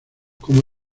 como